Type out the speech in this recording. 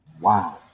wow